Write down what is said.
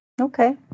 Okay